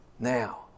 Now